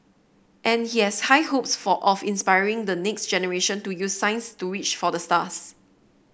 and he has high hopes of inspiring the next generation to use science to reach for the stars